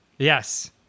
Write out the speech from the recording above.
Yes